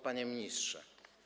Panie Ministrze!